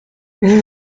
vous